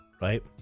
right